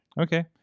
Okay